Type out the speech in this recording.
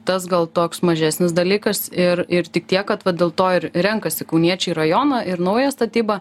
tas gal toks mažesnis dalykas ir ir tik tiek kad vat dėl to ir renkasi kauniečiai rajoną ir naują statybą